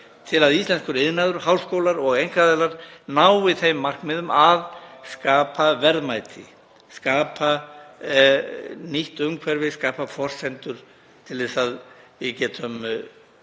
til að íslenskur iðnaður og háskólar og einkaaðilar nái þeim markmiðum að skapa verðmæti, skapa nýtt umhverfi, skapa forsendur til að við getum